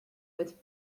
with